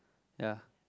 ya